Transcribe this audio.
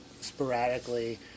sporadically